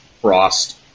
frost